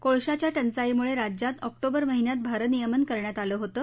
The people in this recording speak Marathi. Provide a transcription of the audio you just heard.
कोळशाच्या टंचाईमुळे राज्यात आॅक्टोबर महिन्यात भारनियमन करण्यात आलं होतं